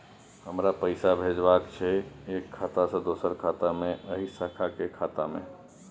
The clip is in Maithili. हमरा पैसा भेजबाक छै एक खाता से दोसर खाता मे एहि शाखा के खाता मे?